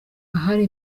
ahari